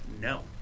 No